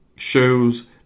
Shows